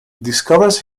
discovers